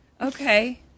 Okay